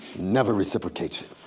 never reciprocates it.